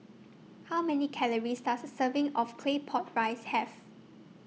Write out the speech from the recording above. How Many Calories Does A Serving of Claypot Rice Have